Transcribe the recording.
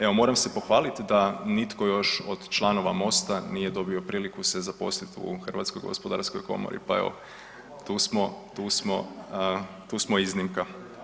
Evo moram se pohvaliti da nitko još od članova MOST-a nije dobio priliku se zaposliti u Hrvatskoj gospodarskoj komori, pa evo tu smo, tu smo, tu smo iznimka.